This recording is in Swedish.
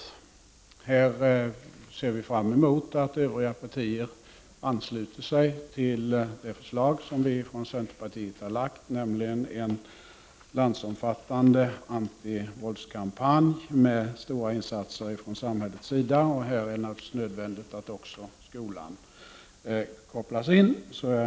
Vi i centern ser fram emot att övriga partier ansluter sig till vårt förslag om en landsomfattande antivåldskampanj med stora insatser från samhällets sida. Och det är naturligtvis nödvändigt att även skolan kopplas in i detta sammanhang.